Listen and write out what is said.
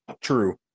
true